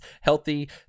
healthy